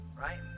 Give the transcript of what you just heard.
right